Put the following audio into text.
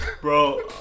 Bro